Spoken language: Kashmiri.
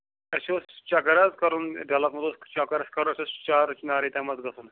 اَسہِ اوس چَکر حظ کَرُن ڈَلس منٛز اوس چَکرَ اَسہِ کرُن اَسہِ اوس چار چِنارِ تام حظ گژھُن